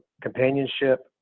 companionship